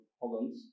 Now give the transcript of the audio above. Holland